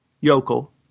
Yokel